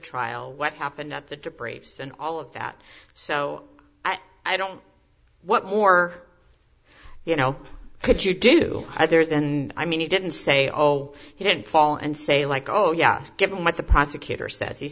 trial what happened at the debris and all of that so i don't what more you know could you do either then i mean you didn't say oh no he didn't fall and say like oh yeah given what the prosecutor said he